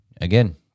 again